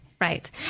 right